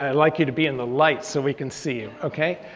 i like you to be in the light so we can see you. okay.